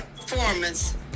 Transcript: performance